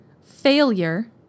failure